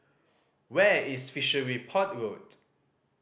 where is Fishery Port Road